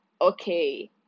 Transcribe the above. okay